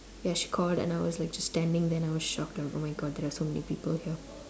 ya she called and I was like just standing then I was shocked like oh my god there are so many people here